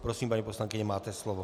Prosím, paní poslankyně, máte slovo.